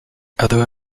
other